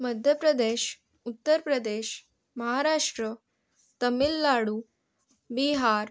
Madhya Pradesh Uttar Pradesh Maharashtra Tamil Nadu Bihar